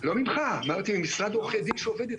לא ממך, אמרתי שממשרד עורכי דין שעובד איתכם.